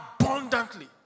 abundantly